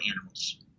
animals